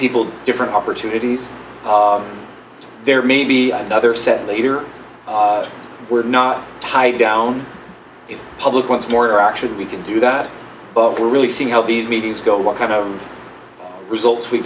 people different opportunities there may be another set leader we're not tied down the public wants more interaction we can do that but we're really seeing how these meetings go what kind of results we